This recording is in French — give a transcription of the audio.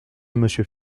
monsieur